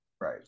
Right